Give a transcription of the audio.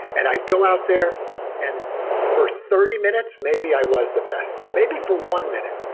and i go out there and for thirty minutes, maybe i was the best maybe for one minute.